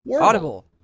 Audible